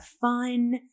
fun